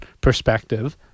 perspective